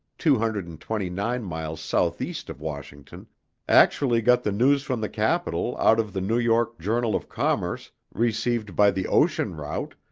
two hundred and twenty-nine miles south-east of washington actually got the news from the capitol out of the new york journal of commerce received by the ocean route,